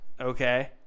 okay